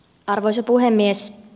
arvoisa puhemies